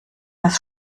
das